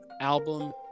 album